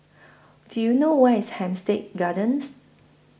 Do YOU know Where IS Hampstead Gardens